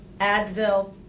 Advil